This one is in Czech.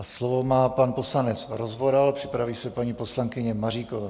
Slovo má pan poslanec Rozvoral, připraví se paní poslankyně Maříková.